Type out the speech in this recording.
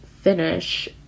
finish